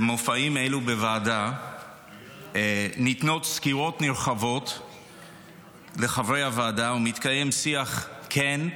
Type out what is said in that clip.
במופעים אלה בוועדה ניתנות סקירות נרחבות לחברי הוועדה ומתקיים שיח כן,